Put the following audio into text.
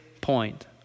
point